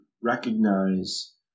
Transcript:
recognize